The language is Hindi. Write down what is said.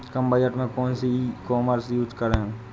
कम बजट में कौन सी ई कॉमर्स यूज़ करें?